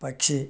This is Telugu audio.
పక్షి